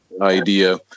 idea